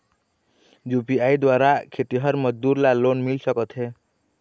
UPI द्वारा खेतीहर मजदूर ला लोन मिल सकथे?